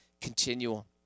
continual